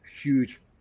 huge